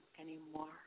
anymore